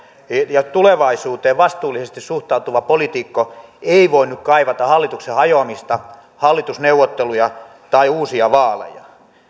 ja tulevaisuuteen vastuullisesti suhtautuva poliitikko ei voinut kaivata hallituksen hajoamista hallitusneuvotteluja tai uusia vaaleja